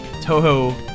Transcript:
Toho